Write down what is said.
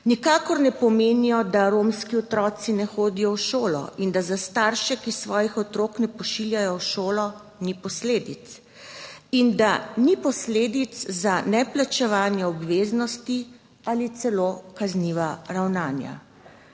nikakor ne pomenijo, da romski otroci ne hodijo v šolo in da za starše, ki svojih otrok ne pošiljajo v šolo, ni posledic in da ni posledic za neplačevanje obveznosti ali celo kazniva ravnanja.